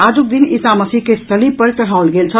आजुक दिन ईसा मसीह के सलीब पर चढ़ाओल गेल छल